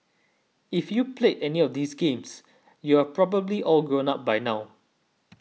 if you played any of these games you are probably all grown up by now